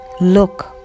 look